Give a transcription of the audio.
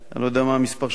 אני לא יודע מה המספר שאמרת,